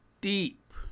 deep